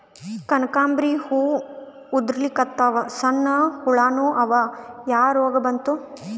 ಕನಕಾಂಬ್ರಿ ಹೂ ಉದ್ರಲಿಕತ್ತಾವ, ಸಣ್ಣ ಹುಳಾನೂ ಅವಾ, ಯಾ ರೋಗಾ ಬಂತು?